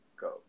Go